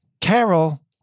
Carol